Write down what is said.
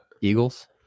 Eagles